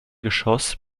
geschoss